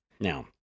Now